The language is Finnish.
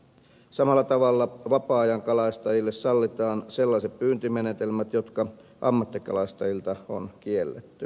samalla tavalla vapaa ajankalastajille sallitaan sellaiset pyyntimenetelmät jotka ammattikalastajilta on kielletty